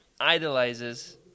idolizes